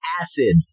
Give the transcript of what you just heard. acid